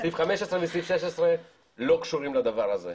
--- סעיף 15 וסעיף 16 לא קשורים לדבר הזה.